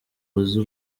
uzi